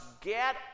get